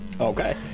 Okay